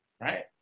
right